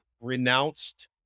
renounced